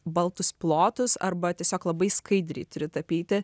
baltus plotus arba tiesiog labai skaidriai turi tapyti